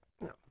no